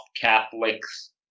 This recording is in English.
Catholics